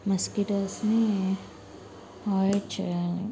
మస్కిటోస్నీ avoid చేయాలి